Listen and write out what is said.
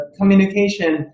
communication